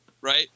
right